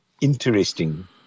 interesting